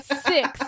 Six